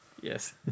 Yes